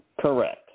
Correct